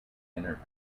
inner